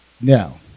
Now